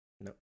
No